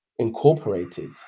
incorporated